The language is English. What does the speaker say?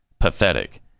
Pathetic